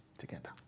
together